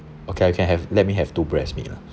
okay I can have let me have to breast meat lah